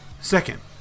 second